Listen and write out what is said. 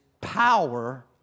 power